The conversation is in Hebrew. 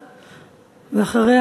ואחריה,